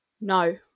no